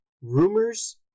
Rumors